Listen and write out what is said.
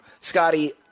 Scotty